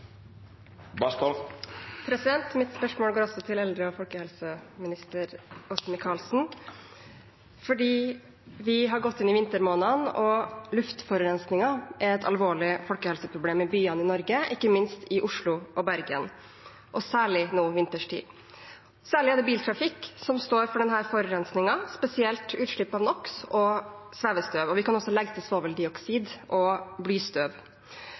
Mitt spørsmål går også til eldre- og folkehelseminister Åse Michaelsen. Vi har gått inn i vintermånedene, og luftforurensningen er et alvorlig folkehelseproblem i byene i Norge, ikke minst i Oslo og Bergen, og særlig nå vinterstid. Særlig er det biltrafikk som står for denne forurensningen, spesielt utslipp av NOx og svevestøv, og vi kan også legge til svoveldioksid og blystøv.